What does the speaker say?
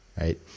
Right